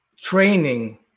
training